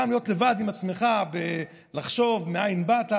להיות לבד עם עצמך ולחשוב מאין באת,